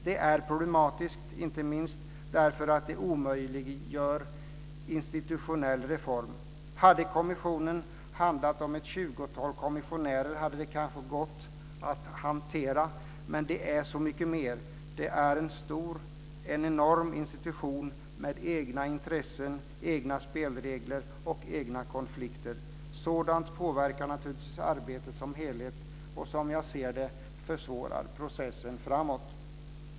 Detta är problematiskt, inte minst därför att det omöjliggör en institutionell reform. Om kommissionen handlade om ett tjugotal kommissionärer skulle det kanske ha gått att hantera men det är fråga om så mycket mer. Det är en enorm institution med egna intressen, egna spelregler och egna konflikter. Sådant påverkar naturligtvis arbetet som helhet och, som jag ser det, försvårar processen framåt.